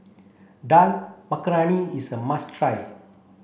Dal Makhani is a must try